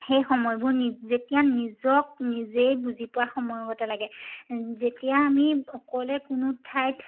সেই সময়বোৰ যেতিয়া নিজক নিজেই বুজি পোৱা সময়ৰ গতে লাগে যেতিয়া আমি অকলে কোনো ঠাইত